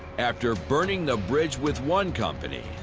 after burning the bridge with one company,